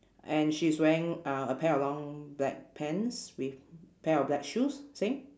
and she is wearing uh a pair of long black pants with pair of black shoes same